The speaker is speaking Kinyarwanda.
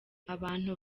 abantu